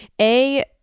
A-